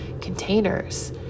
containers